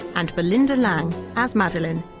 and belinda lang as madeleine,